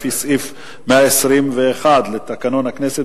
לפי סעיף 121 לתקנון הכנסת,